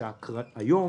שהיום